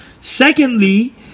Secondly